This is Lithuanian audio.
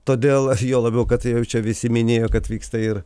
todėl aš juo labiau kad tai jau čia visi minėjo kad vyksta ir